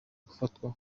gufatwa